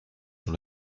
sur